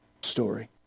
story